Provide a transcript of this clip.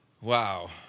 wow